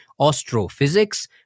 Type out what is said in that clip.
astrophysics